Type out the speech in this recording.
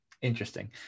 Interesting